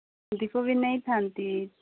ଦୀପ ବି ନେଇଥାନ୍ତି